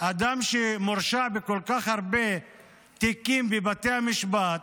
אדם שמורשע בכל כך הרבה תיקים בבתי המשפט,